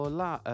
la